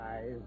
eyes